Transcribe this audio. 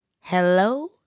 Hello